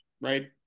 right